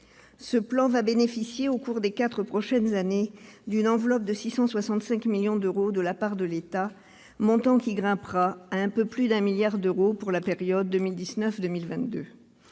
Ce plan va bénéficier, au cours des quatre prochaines années, d'une enveloppe de 665 millions d'euros de la part de l'État, montant qui grimpera à un peu plus de 1 milliard d'euros pour la période 2019-2022.